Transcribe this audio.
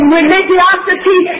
religiosity